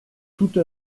toute